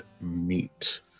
meet